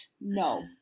No